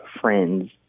friends